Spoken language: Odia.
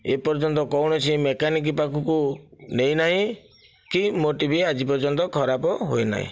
ଏପର୍ଯ୍ୟନ୍ତ କୌଣସି ମେକାନିକ୍ ପାଖକୁ ନେଇନାହିଁ କି ମୋ ଟିଭି ଆଜି ପର୍ଯ୍ୟନ୍ତ ଖରାପ ହୋଇନାହିଁ